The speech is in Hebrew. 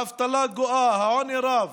האבטלה גואה, העוני רב